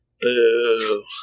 Boo